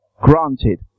granted